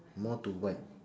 more to white